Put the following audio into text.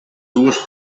dues